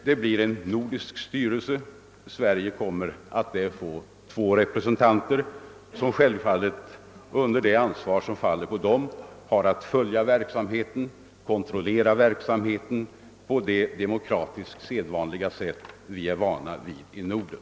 Det blir en nordisk styrelse; Sverige kommer att däri få två representanter, vilka självfallet med det ansvar som faller på dem har att följa och kontrollera verksamheten på det demokratiska sätt som vi är vana vid i Norden.